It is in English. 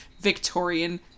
Victorian